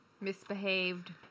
misbehaved